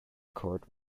court